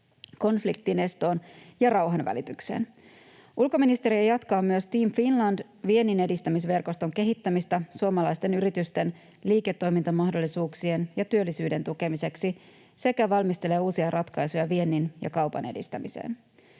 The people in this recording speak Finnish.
konfliktinestoon ja rauhanvälitykseen. Ulkoministeriö jatkaa myös Team Finland ‑vienninedistämisverkoston kehittämistä suomalaisten yritysten liiketoimintamahdollisuuksien ja työllisyyden tukemiseksi sekä valmistelee uusia ratkaisuja viennin ja kaupan edistämiseen.